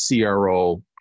CRO